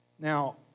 Now